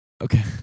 okay